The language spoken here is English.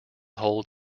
hold